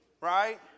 Right